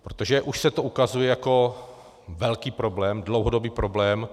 Protože už se to ukazuje jako velký problém, dlouhodobý problém.